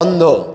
বন্ধ